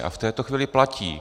A v této chvíli platí.